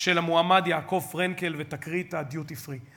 של המועמד יעקב פרנקל ותקרית הדיוטי-פרי.